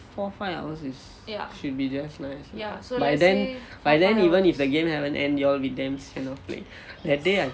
four five hours is should be just nice lah by then by then even if the game haven't end you all will be damn sian of playing that day I